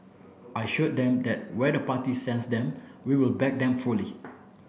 I assured them that where the party sends them we will back them fully